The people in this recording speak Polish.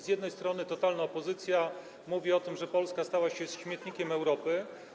Z jednej strony totalna opozycja mówi o tym, że Polska stała się śmietnikiem Europy.